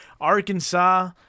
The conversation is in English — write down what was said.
Arkansas